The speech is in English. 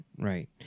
right